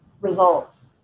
results